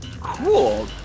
Cool